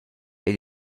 igl